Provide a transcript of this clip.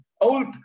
old